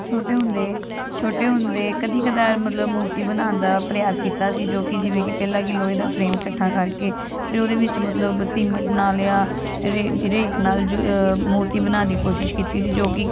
ਛੋਟੇ ਹੁੰਦੇ ਛੋਟੇ ਹੁੰਦੇ ਕਦੀ ਕਦਾਰ ਮਤਲਬ ਮੂਰਤੀ ਬਣਾਉਣ ਦਾ ਪਰਿਆਸ ਕੀਤਾ ਸੀ ਜੋ ਕਿ ਜਿਵੇਂ ਕਿ ਪਹਿਲਾਂ ਕਿ ਲੋਹੇ ਦਾ ਫਰੇਮ ਇਕੱਠਾ ਕਰਕੇ ਫਿਰ ਉਹਦੇ ਵਿੱਚ ਮਤਲਬ ਸੀਮਿੰਟ ਨਾਲ ਜਾਂ ਰੇ ਰੇਤ ਨਾਲ ਜੋ ਮੂਰਤੀ ਬਣਾਉਣ ਦੀ ਕੋਸ਼ਿਸ਼ ਕੀਤੀ ਸੀ ਜੋ ਕਿ